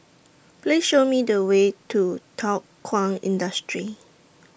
Please Show Me The Way to Thow Kwang Industry